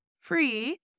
free